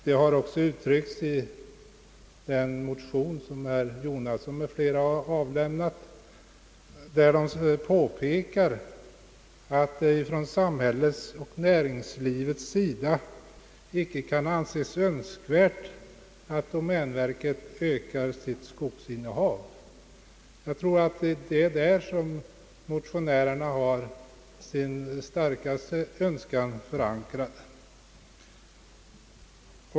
Detta har också kommit till uttryck i den motion, som herr Jonasson m.fl. har väckt och i vilken det anföres att det från samhällets och näringslivets sida icke kan anses önskvärt att domänverket ökar sitt skogsinnehav. Jag tror att det är där som motionärerna har sin starkaste önskan förankrad.